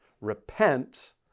Repent